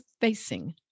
facing